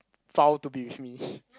file to be with me